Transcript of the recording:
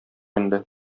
инде